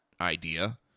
idea